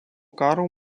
karo